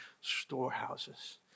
storehouses